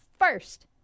first